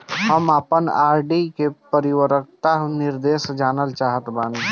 हम आपन आर.डी के परिपक्वता निर्देश जानल चाहत बानी